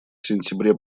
сентябре